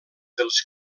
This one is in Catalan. dels